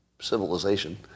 civilization